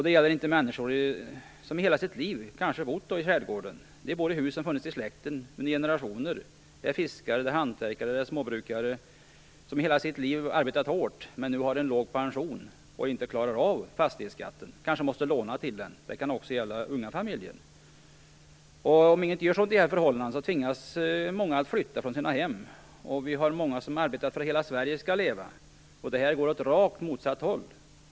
Det gäller inte minst människor som bott i skärgården hela livet, människor som bor i hus som funnits i släkten i generationer. Det handlar om fiskare, hantverkare och småbrukare som har arbetat hårt hela livet men som nu har låg pension och som inte klarar av fastighetsskatten utan kanske måste låna till den. Det kan också gälla unga familjer. Om inget görs åt dessa förhållanden tvingas många flytta från sina hem. Många arbetar för att hela Sverige skall leva, men detta går åt rakt motsatt håll.